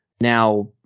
now